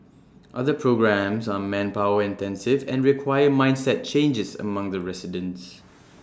other programmes are manpower intensive and require mindset changes among the residents